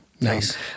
nice